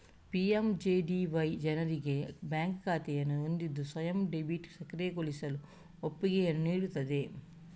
PMGDY ಜನರಿಗೆ bank ಖಾತೆಯನ್ನು ಹೊಂದಿದ್ದು ಸ್ವಯಂ ಡೆಬಿಟ್ ಸಕ್ರಿಯಗೊಳಿಸಲು ಒಪ್ಪಿಗೆಯನ್ನು ನೀಡುತ್ತದೆ